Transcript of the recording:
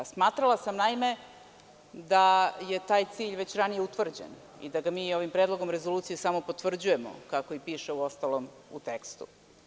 Naime, smatrala sam da je taj cilj već ranije utvrđen i da ga mi ovim Predlogom rezolucije samo potvrđujemo, kako i piše uostalom u tekstu.